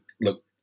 look